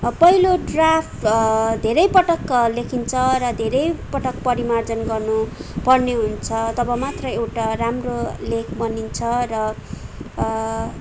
पहिलो ड्राफ्ट धेरै पटक लेखिन्छ र धेरै पटक परिमार्जन गर्नु पर्ने हुन्छ तब मात्र एउटा राम्रो लेख बनिन्छ र